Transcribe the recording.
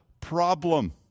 problem